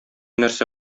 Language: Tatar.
нәрсә